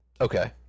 Okay